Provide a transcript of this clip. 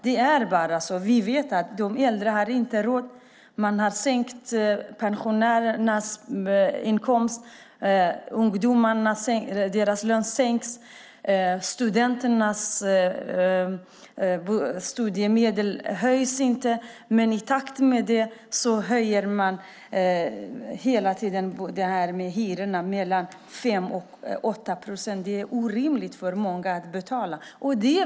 Det är bara så. Vi vet att de äldre inte har råd. Man har sänkt pensionerna, ungdomarnas löner sänks, studenternas studiemedel höjs inte. Ändå höjs hyrorna med 5-8 procent, och det är orimligt för många att betala.